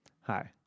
Hi